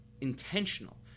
intentional